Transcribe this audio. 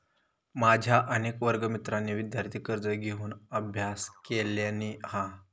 माझ्या अनेक वर्गमित्रांनी विदयार्थी कर्ज घेऊन अभ्यास केलानी हा